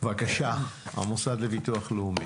בבקשה המוסד לביטוח לאומי.